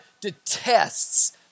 detests